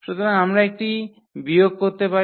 সুতরাং আমরা এটি বিয়োগ করতে পারি